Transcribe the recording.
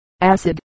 acid